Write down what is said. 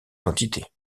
quantités